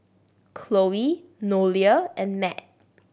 Chloe Nolia and Matt